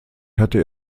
hatte